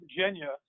Virginia